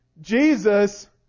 Jesus